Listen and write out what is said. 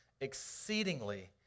exceedingly